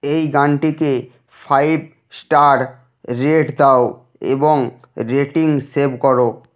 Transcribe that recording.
এই গানটিকে five star rate দাও এবং রেটিং সেভ করো